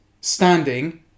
standing